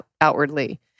outwardly